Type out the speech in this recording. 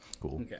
cool